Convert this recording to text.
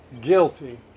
guilty